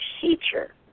teacher